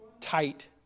Tight